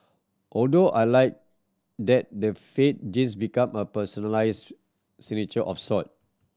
although I liked that the faded jeans became a personalised signature of sort